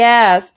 Yes